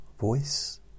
voice